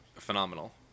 phenomenal